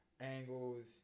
angles